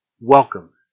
Welcome